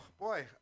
boy